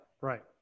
Right